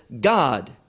God